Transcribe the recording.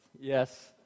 Yes